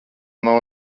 nav